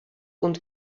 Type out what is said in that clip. und